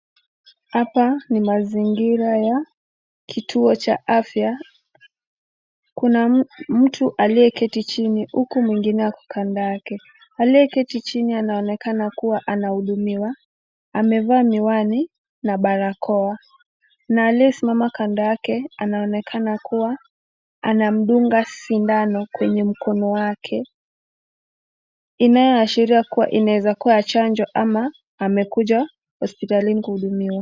Hapa ni mazingira ya kituo cha afya kuna mtu aliyeketi chini huku mwingine ako kando yake. Aliyeketi chini anaonekana kuwa anahudumiwa amevaa miwani na barakoa na aliyesimama kando yake anaonekana kuwa anamdunga sindano kwenye mkono wake inayoashiria inaweza kuwa ya chanjo ama amekuja hospitalini kuhudumiwa.